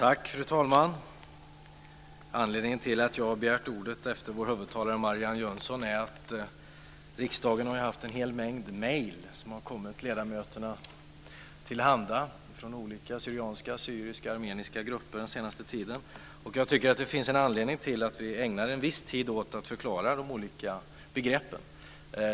Fru talman! Anledningen till att jag har begärt ordet efter vår huvudtalare Marianne Jönsson är att riksdagen har fått en hel mängd mejl som har kommit ledamöterna till handa från olika assyrisk/syrianska och armeniska grupper den senaste tiden. Jag tycker att det finns anledning att ägna en viss tid åt att förklara de olika begreppen.